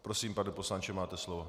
Prosím, pane poslanče, máte slovo.